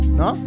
no